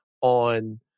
on